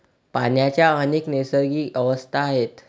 पाण्याच्या अनेक नैसर्गिक अवस्था आहेत